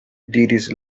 diris